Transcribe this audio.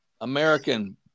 american